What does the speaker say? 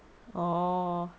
orh